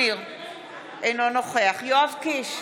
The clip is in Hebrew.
אינו נוכח יואב קיש,